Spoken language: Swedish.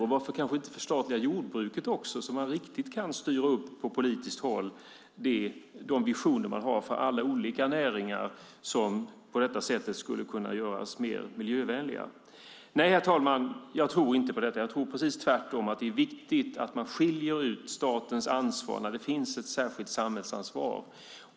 Och varför inte förstatliga jordbruket också så att man riktigt kan styra upp de visioner man har från politiskt håll för alla olika näringar som på det sättet skulle kunna göras mer miljövänliga? Nej, herr talman, jag tror inte på detta. Jag tror tvärtom att det är viktigt att man skiljer ut statens ansvar när det finns ett särskilt samhällsansvar.